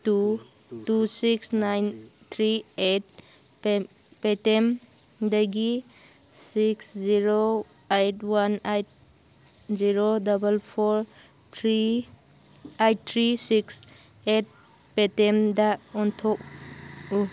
two two six nine three eight P T ꯑꯦꯝꯗꯒꯤ six zero eight one eight zero double four three eight three six eight P T ꯑꯦꯝꯗ ꯑꯣꯟꯊꯣꯛꯎ